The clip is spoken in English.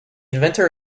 inventor